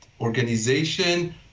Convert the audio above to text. organization